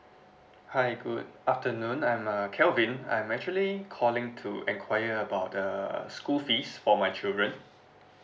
hi good afternoon I'm uh calvin I'm actually calling to inquire about the school fees for my children